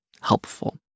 helpful